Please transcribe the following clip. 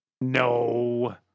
No